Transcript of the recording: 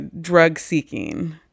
drug-seeking